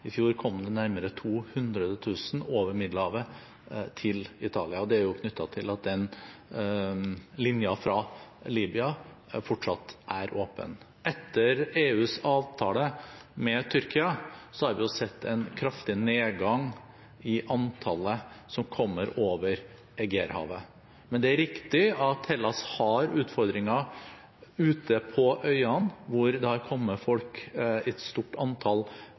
I fjor kom det nærmere 200 000 over Middelhavet til Italia. Det er knyttet til at linjen fra Libya fortsatt er åpen. Etter EUs avtale med Tyrkia har vi sett en kraftig nedgang i antallet som kommer over Egeerhavet. Men det er riktig at Hellas har utfordringer ute på øyene, hvor det tidligere har kommet folk i et stort antall,